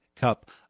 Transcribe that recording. cup